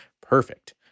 perfect